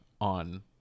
on